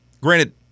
granted